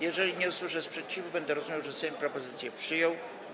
Jeżeli nie usłyszę sprzeciwu, będę uważał, że Sejm propozycje przyjął.